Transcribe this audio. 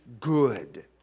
good